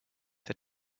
für